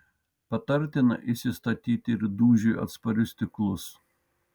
patartina įsistatyti ir dūžiui atsparius stiklus